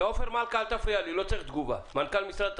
ועופר מלכה מנכ"ל משרד התחבורה,